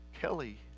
kelly